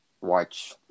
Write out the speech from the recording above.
watch